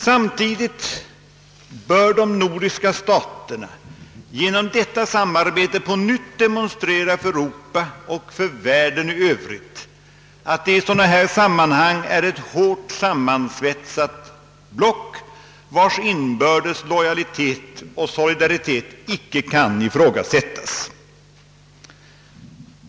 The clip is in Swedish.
Samtidigt bör de nordiska staterna genom detta samarbete på nytt demonstrera för Europa och för världen i övrigt att de i sådana här sammanhang är ett hårt sammansvetsat block, vars inbördes lojalitet och solidaritet icke kan ifrågasättas.